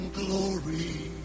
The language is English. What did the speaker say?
glory